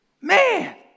Man